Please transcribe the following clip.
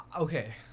Okay